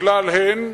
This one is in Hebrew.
מכלל הן,